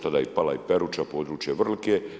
Tada je pala i Peruča područje Vrlike.